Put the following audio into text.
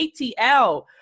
ATL